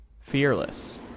Fearless